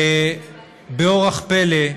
באורח פלא,